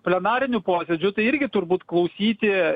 plenarinių posėdžių tai irgi turbūt klausyti